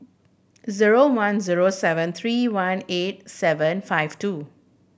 zero one zero seven three one eight seven five two